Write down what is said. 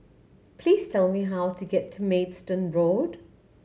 please tell me how to get to Maidstone Road